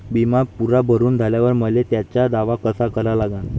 बिमा पुरा भरून झाल्यावर मले त्याचा दावा कसा करा लागन?